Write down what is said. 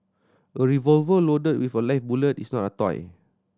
a revolver loaded with a live bullet is not a toy